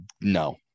no